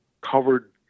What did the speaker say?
covered